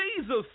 Jesus